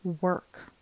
work